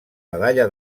medalla